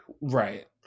Right